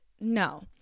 no